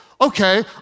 okay